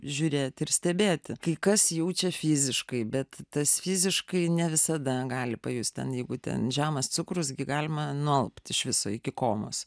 žiūrėti ir stebėti kai kas jaučia fiziškai bet tas fiziškai ne visada gali pajust ten jeigu ten žemas cukraus gi galima nualpt iš viso iki komos